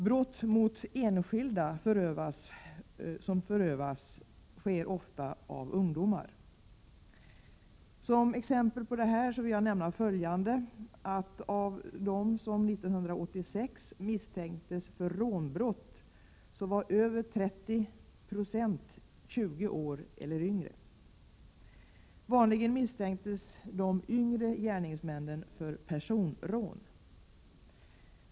Brott som förövas mot enskilda utförs ofta av ungdomar. Som exempel på det vill jag nämna att av dem som 1986 misstänktes för rånbrott var över 30 96 20 år eller yngre. Vanligen misstänktes de yngre gärningsmännen för personrån.